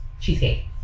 Cheesecake